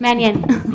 אז